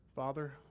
Father